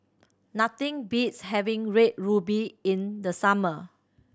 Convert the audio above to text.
nothing beats having Red Ruby in the summer